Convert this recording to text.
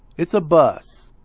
it's a bus.